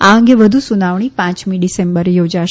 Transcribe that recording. આ અંગે વધુ સુનાવણી પાંચમી ડિસેમ્બરે યોજાશે